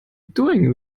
doing